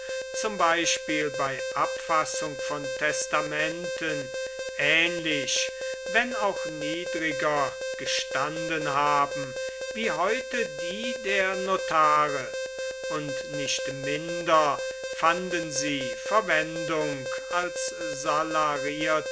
zum beispiel bei abfassung von testamenten ähnlich wenn auch niedriger gestanden haben wie heute die der notare und nicht minder fanden sie verwendung als